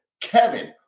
Kevin